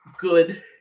good